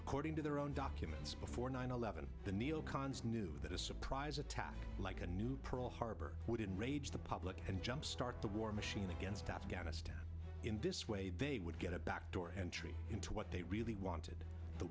according to their own documents before nine eleven the neo cons knew that a surprise attack like a new pearl harbor wouldn't rage the public and jumpstart the war machine against afghanistan in this way they would get a backdoor entry into what they really wanted the